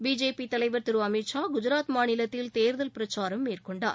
B J P தலைவா் திரு அமித்ஷா குஜராத் மாநிலத்தில் தேர்தல் பிரச்சாரம் மேற்கொண்டு வருகிறார்